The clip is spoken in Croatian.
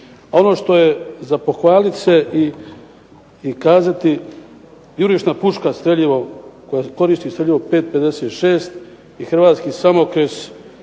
Ono što je za pohvaliti se i kazati jurišna puška, streljivo, koja koristi streljivo 5-56 i hrvatski samokres